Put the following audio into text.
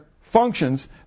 functions